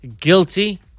guilty